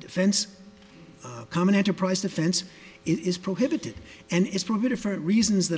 defense common enterprise defense it is prohibited and it's probably different reasons that